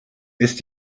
ist